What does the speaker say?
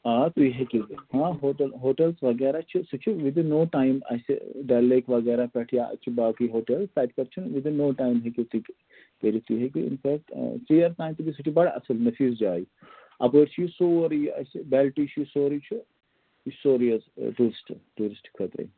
آ تُہۍ ہٮ۪کِو ہاں ہوٹَل ہوٹَلٕز وغیرہ چھِ سُہ چھِ وِدِن نو ٹایِم اَسہِ ڈل لیک وغیرہ پٮ۪ٹھٕ یا اَسہِ باقی ہوٹَلٕز تَتہِ پٮ۪ٹھٕ چھُ وِدِن نو ٹایِم ہیٚکِو تُہۍ کٔرِتھ تُہۍ ہیٚکِو اِن فٮ۪کٹ ژیر تام تہِ سُہ چھِ بَڑٕ اَصٕل نَفیٖض جاے اَپٲرۍ چھِ یہِ سورٕے یہِ اَسہِ بٮ۪لٹٕے چھِ سورٕے چھِ یہِ چھِ سورٕے حظ ٹوٗرِسٹ ٹوٗرِسٹ خٲطرَے